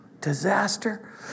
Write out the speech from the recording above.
disaster